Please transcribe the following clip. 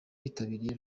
bitabiriye